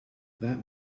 that